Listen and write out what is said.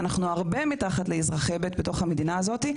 אנחנו הרבה מתחת לאזרחים סוג ב' בתוך המדינה הזאת.